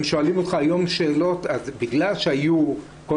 אם שואלים אותך היום שאלות זה בגלל שהיו כל